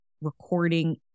recording